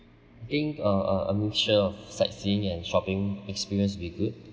I think uh uh I'm sure sightseeing and shopping experience will be good